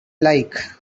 like